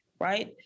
right